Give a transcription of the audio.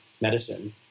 medicine